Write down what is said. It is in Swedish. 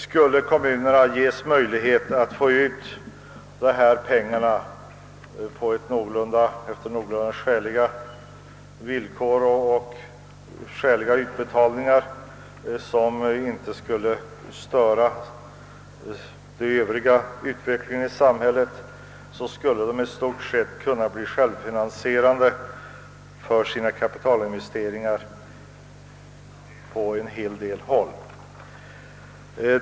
Skulle kommunerna ges möjlighet att få ut dessa pengar efter någorlunda skäliga villkor och i lämpliga utbetalningar, som inte skulle störa den övriga utvecklingen i samhället, skulle de i stort sett kunna bli självfinansierande beträffande sina kapitalinvesteringar på en hel del områden.